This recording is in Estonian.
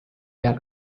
peal